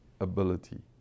ability